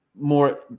more